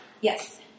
Yes